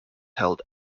held